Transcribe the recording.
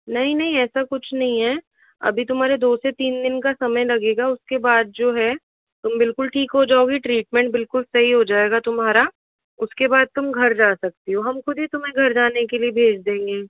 नहीं नहीं ऐसा कुछ नहीं है अभी तुम्हारे दो से तीन दिन का समय लगेगा उसके बाद जो है तुम बिल्कुल ठीक हो जाओगी ट्रीटमेंट बिल्कुल सही हो जाएगा तुम्हारा उसके बाद तुम घर जा सकती हो हम खुद ही तुम्हें घर जाने के लिए भेज देंगे